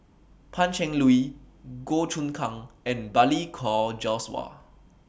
Pan Cheng Lui Goh Choon Kang and Balli Kaur Jaswal